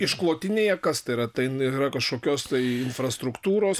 išklotinėje kas tai yra tai yra kažkokios tai infrastruktūros